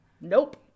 Nope